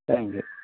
thank you